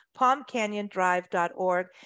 PalmCanyonDrive.org